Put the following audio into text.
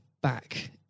back